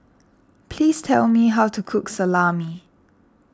please tell me how to cook Salami